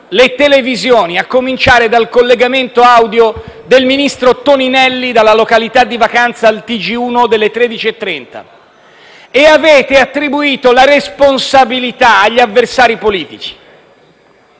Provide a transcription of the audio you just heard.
le televisioni, a cominciare dal collegamento audio del ministro Toninelli dalla località di vacanza al TG1 delle ore 13,30, e avete attribuito la responsabilità agli avversari politici,